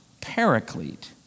paraclete